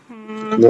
mm